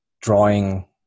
drawing